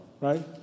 right